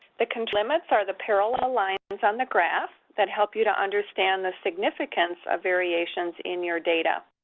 the control limits are the parallel lines on the graph that help you to understand the significance of variations in your data.